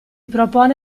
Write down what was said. propone